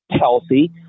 healthy